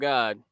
God